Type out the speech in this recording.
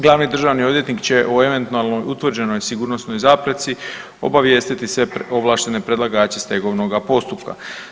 Glavni državni odvjetnik će o eventualno utvrđenoj sigurnosnoj zapreci obavijestiti sve ovlaštene predlagače stegovnoga postupka.